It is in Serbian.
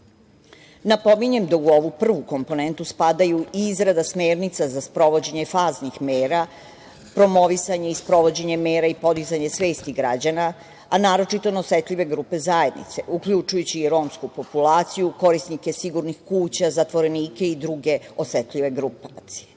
centara. Napominjem da u ovu prvu komponentu spadaju i izrada smernica za sprovođenje faznih mera, promovisanje i sprovođenje mera i podizanje svesti građana, a naročito na osetljive grupe zajednice, uključujući i romsku populaciju, korisnike sigurnih kuća, zatvorenike i druge osetljive grupacije. Pomenuću